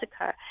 occur